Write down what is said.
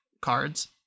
cards